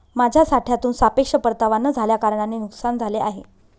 माझ्या साठ्यातून सापेक्ष परतावा न झाल्याकारणाने नुकसान झाले आहे